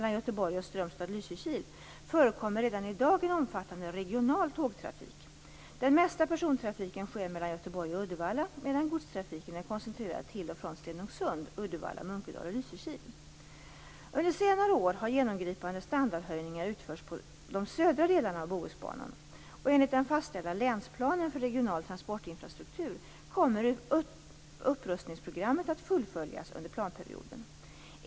Göteborg och Strömstad/Lysekil, förekommer redan i dag en omfattande regional tågtrafik. Den mesta persontrafiken sker mellan Göteborg och Uddevalla, medan godstrafiken är koncentrerad till och från Under senare år har genomgripande standardhöjningar utförts på de södra delarna av Bohusbanan, och enligt den fastställda länsplanen för regional transportinfrastruktur kommer upprustningsprogrammet att fullföljas under planperioden.